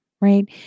Right